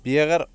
بییٚہِ اگر